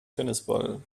tennisball